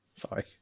Sorry